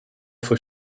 for